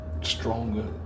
stronger